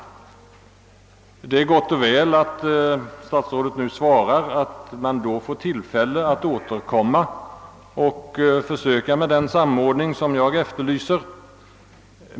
Det är gott och väl att statsrådet svarar att man då får tillfälle att återkomma och försöka åstadkomma den samordning som jag efterlyser.